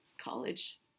college